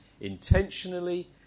intentionally